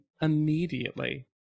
immediately